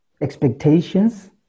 expectations